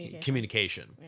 communication